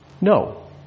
no